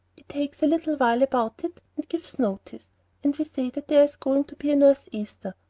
it takes a little while about it, and gives notice and we say that there's going to be a northeaster,